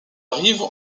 rive